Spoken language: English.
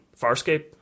Farscape